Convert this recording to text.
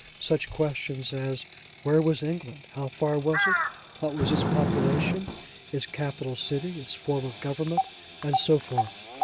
such questions as where was england how far was it what was its population its capital city its form of government and so forth.